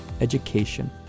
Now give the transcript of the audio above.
education